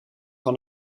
van